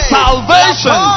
salvation